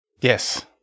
Yes